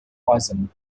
poison